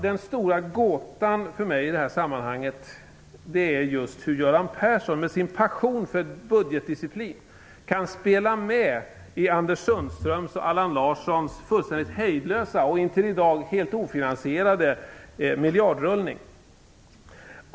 Den stora gåtan för mig i det här sammanhanget är just hur Göran Persson, med sin passion för budgetdisciplin, kan spela med i Anders Sundströms och Allan Larssons fullständigt hejdlösa och intill i dag helt ofinansierade miljardrullning.